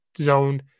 zone